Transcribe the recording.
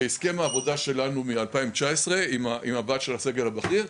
בהסכם העבודה שלנו מ-2019 עם הוועד של הסגל הבכיר,